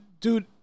dude